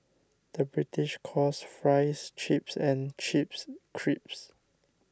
the British calls Fries Chips and Chips Crisps